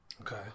Okay